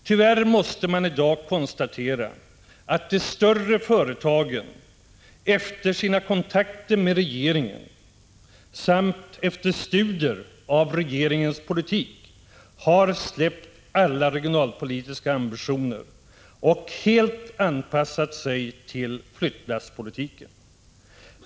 Tyvärr måste man i dag konstatera att de större företagen efter sina kontakter med regeringen — och efter studier av regeringens politik — har släppt alla regionalpolitiska ambitioner och helt anpassat sig till flyttlasspoli tiken.